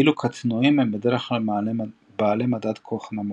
ואילו קטנועים הם בדרך כלל בעלי מדד קוך נמוך.